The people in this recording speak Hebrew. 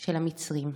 של המצרים,